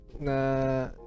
na